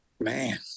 man